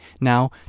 Now